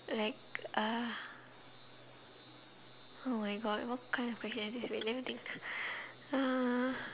like uh oh my god what kind of question is this wait let me think uh